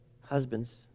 husbands